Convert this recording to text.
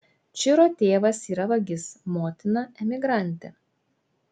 čiro tėvas yra vagis motina emigrantė